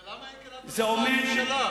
אבל למה אין כאן אף אחד מהממשלה,